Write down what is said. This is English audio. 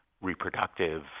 reproductive